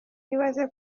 ibaze